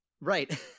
Right